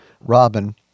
Robin